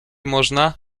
można